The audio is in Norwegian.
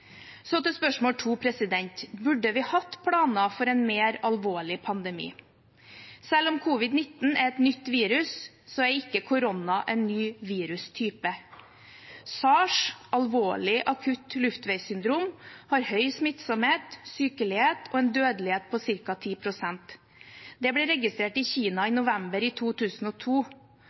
Så til spørsmål 2: Burde vi hatt planer for en mer alvorlig pandemi? Selv om covid-19 er et nytt virus, er ikke korona en ny virustype. SARS, alvorlig akutt luftveissyndrom, har høy smittsomhet, sykelighet og en dødelighet på ca. 10 pst. Det ble registrert i Kina i november 2002, og majoriteten av pasientene var i